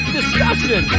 Discussion